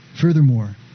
Furthermore